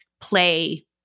play